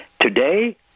Today